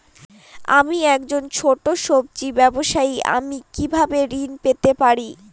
আমি একজন ছোট সব্জি ব্যবসায়ী আমি কিভাবে ঋণ পেতে পারি?